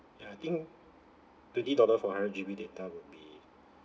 ya I think twenty dollar for hundred G_B data would be